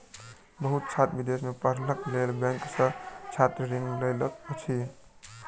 बहुत छात्र विदेश में पढ़ैक लेल बैंक सॅ छात्र ऋण लैत अछि